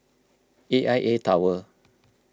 A I A Tower